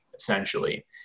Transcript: Essentially